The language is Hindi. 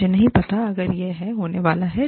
मुझे नहीं पता अगर यह है होने वाला है